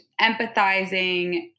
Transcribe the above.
empathizing